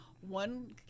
One